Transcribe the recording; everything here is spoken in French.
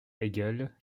hegel